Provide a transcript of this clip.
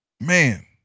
man